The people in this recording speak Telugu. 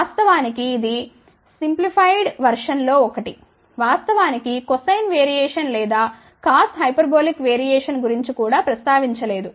వాస్తవానికి ఇది సరళీకృత సంస్కరణ లో ఒకటి వాస్తవానికి కొసైన్ వేరిఏషన్ లేదా కాస్ హైపర్బోలిక్ వేరిఏషన్ గురించి కూడా ప్రస్తావించలేదు